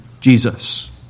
Jesus